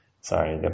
sorry